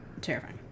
Terrifying